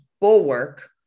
bulwark